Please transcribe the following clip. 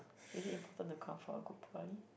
is it important to come for a good poly